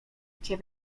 cię